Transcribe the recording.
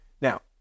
Now